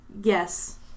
yes